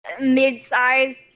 mid-sized